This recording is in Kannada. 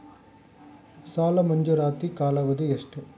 ಸಾಲ ಮಂಜೂರಾತಿ ಕಾಲಾವಧಿ ಎಷ್ಟು?